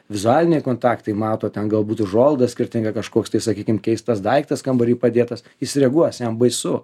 vizualiniai kontaktai mato ten galbūt užuolaida skirtinga kažkoks tai sakykim keistas daiktas kambary padėtas jis reaguos jam baisu